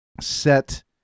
set